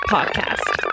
Podcast